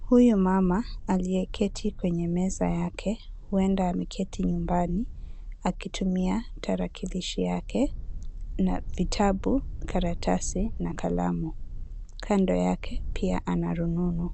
Huyu mama aliyeketi kwenye meza yake huenda ameketi nyumbani akitumia tarakilishi yake na vitabu, karatasi na kalamu. Kando yake pia ana rununu.